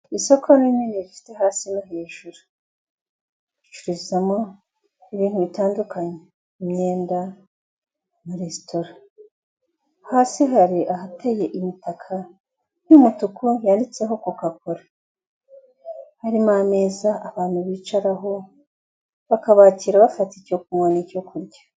Isoko rinini rifite hasi no hejuru, bacururicamo ibintu bitandukanye, imyenda na resitora, hasi hari ahateye imitaka y'umutuku yanditseho kokakora, harimo ameza abantu bicaraho bakabakira bafata icyo kunywa n'icyo kurya.